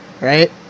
Right